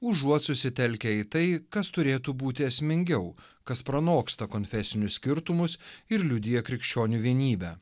užuot susitelkę į tai kas turėtų būti esmingiau kas pranoksta konfesinius skirtumus ir liudija krikščionių vienybę